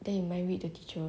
then you mind read the teacher